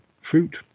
fruit